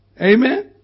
Amen